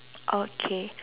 okay